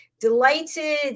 delighted